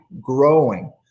growing